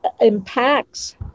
impacts